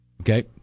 Okay